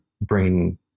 bringing